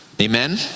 amen